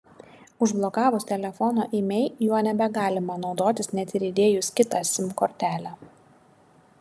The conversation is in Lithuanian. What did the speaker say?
užblokavus telefono imei juo nebegalima naudotis net ir įdėjus kitą sim kortelę